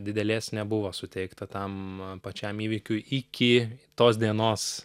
didelės nebuvo suteikta tam man pačiam įvykiui iki tos dienos